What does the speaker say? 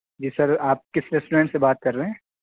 جی sir آپ کس restaurant سے بات کر رہے ہیں